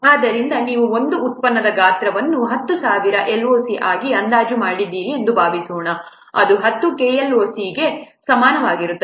ಆದ್ದರಿಂದ ನೀವು ಒಂದು ಉತ್ಪನ್ನದ ಗಾತ್ರವನ್ನು 10000 LOC ಆಗಿ ಅಂದಾಜು ಮಾಡಿದ್ದೀರಿ ಎಂದು ಭಾವಿಸೋಣ ಅದು ಹತ್ತು KLOC ಗೆ ಸಮಾನವಾಗಿರುತ್ತದೆ